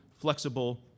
flexible